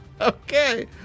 Okay